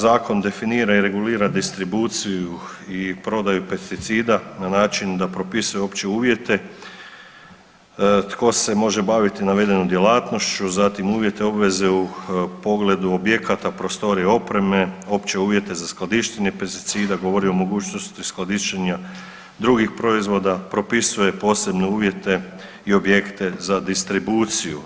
Zakon definira i regulira distribuciju i prodaju pesticida na način da propisuje opće uvjete tko se može baviti navedenom djelatnošću, zatim uvjete, obveze u pogledu objekata, prostorije i opreme, opće uvjete za skladištenje pesticida govori o mogućnosti skladištenja drugih proizvoda, propisuje posebne uvjete i objekte za distribuciju.